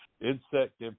insect